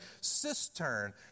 cistern